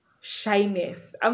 shyness